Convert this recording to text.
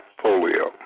polio